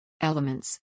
Elements